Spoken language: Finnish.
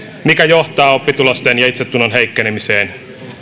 mikä johtaa oppitulosten ja itsetunnon heikkenemiseen